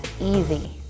easy